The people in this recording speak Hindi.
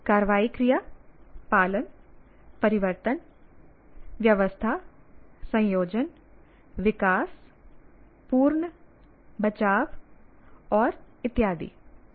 कार्रवाई क्रिया पालन परिवर्तन व्यवस्था संयोजन विकास पूर्ण बचाव और इत्यादिइ